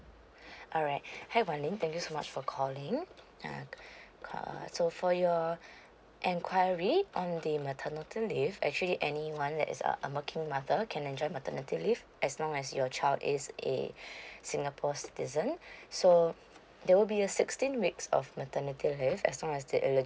alright hi wan ling thank you so much for calling uh uh so for you enquiry on the maternity leave actually anyone who is a a working mother can enjoy maternity leave as long as your child is a singapore citizens so there will be a sixteen weeks of maternity leave as long as the eligibility